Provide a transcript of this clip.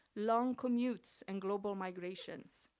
long commutes and global migrations.